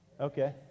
Okay